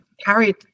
carried